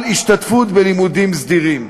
על השתתפות בלימודים סדירים?